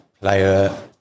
player